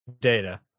data